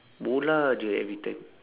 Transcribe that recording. bola sahaja every time